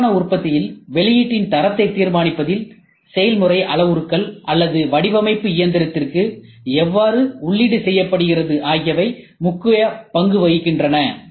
விரைவான உற்பத்தியில் வெளியீட்டின் தரத்தை தீர்மானிப்பதில் செயல்முறை அளவுருக்கள் அல்லது வடிவமைப்பு இயந்திரத்திற்கு எவ்வாறு உள்ளீடு செய்யப்பட்டது ஆகியவை மிக முக்கிய பங்கு வகிக்கின்றன